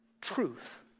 truth